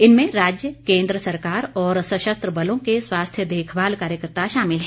इनमें राज्य केन्द्र सरकार और सशस्त्र बलों के स्वास्थ्य देखभाल कार्यकर्ता शामिल हैं